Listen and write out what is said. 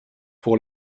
pour